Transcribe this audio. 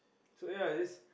so ya this